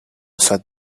sat